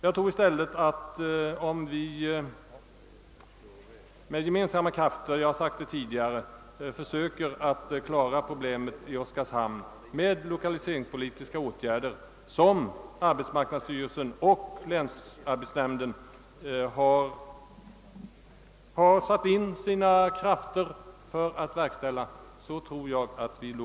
Jag tror, såsom jag tidigare framhållit, att vi når längst om vi i stället med gemensamma krafter försöker att klara problemen i Oskarshamn med sådana lokaliseringspolitiska åtgärder som arbetsmarknadsstyrelsen och länsarbetsnämnden har satt in sina krafter på.